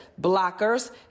blockers